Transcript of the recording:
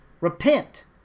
Repent